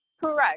Correct